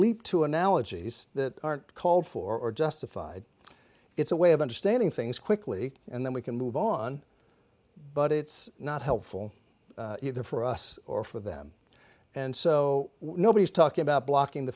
leap to analogies that aren't called for justified it's a way of understanding things quickly and then we can move on but it's not helpful either for us or for them and so nobody's talking about blocking the